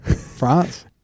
France